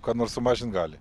ką nors sumažint gali